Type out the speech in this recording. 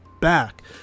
back